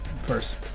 first